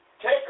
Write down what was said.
Take